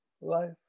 Life